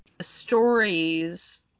stories